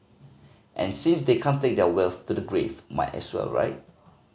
and since they can't take their wealth to the grave might as well right